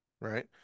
right